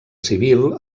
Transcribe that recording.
civil